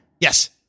yes